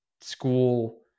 school